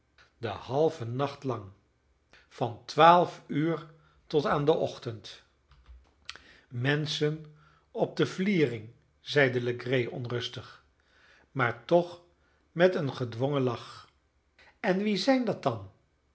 den halven nacht lang van twaalf uur tot aan den ochtend menschen op de vliering zeide legree onrustig maar toch met een gedwongen lach en wie zijn dat dan